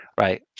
Right